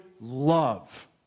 love